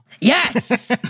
Yes